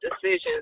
decisions